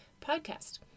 podcast